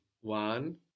one